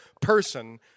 person